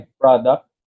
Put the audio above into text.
product